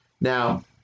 Now